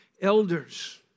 elders